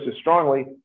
strongly